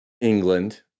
England